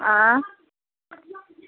हाँ